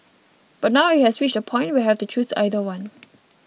but now it has reached a point where I have to choose either one